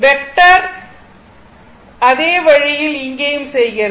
vector அதே வழியில் இங்கேயும் செய்கிறது